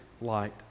light